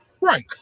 right